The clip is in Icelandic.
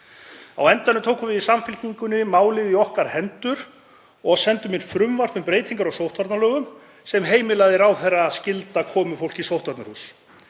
Á endanum tókum við í Samfylkingunni málið í okkar hendur og sendum inn frumvarp um breytingar á sóttvarnalögum sem heimilaði ráðherra að skylda komufólk í sóttvarnahús.